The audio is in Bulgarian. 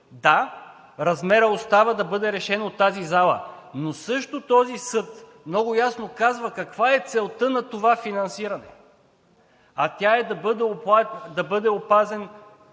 Да, размерът остава да бъде решен от тази зала, но този съд също много ясно казва каква е целта на това финансиране, а тя е да бъде опазен